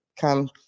come